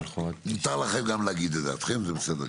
מותר לכם גם להגיד את דעתכם, זה בסדר גמור.